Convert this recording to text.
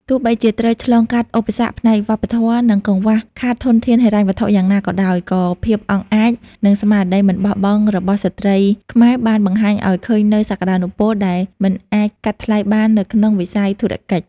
ទោះបីជាត្រូវឆ្លងកាត់ឧបសគ្គផ្នែកវប្បធម៌ និងកង្វះខាតធនធានហិរញ្ញវត្ថុយ៉ាងណាក៏ដោយ ក៏ភាពអង់អាច និងស្មារតីមិនបោះបង់របស់ស្ត្រីខ្មែរ បានបង្ហាញឱ្យឃើញនូវសក្ដានុពលដែលមិនអាចកាត់ថ្លៃបាននៅក្នុងវិស័យធុរកិច្ច។